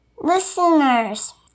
Listeners